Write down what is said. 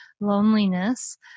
loneliness